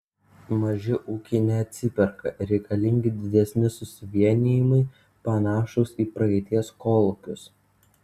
maži ūkiai neatsiperka reikalingi didesni susivienijimai panašūs į praeities kolūkius